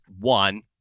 one